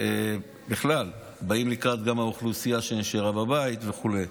באים בכלל לקראת האוכלוסייה שנשארה בבית וכו'.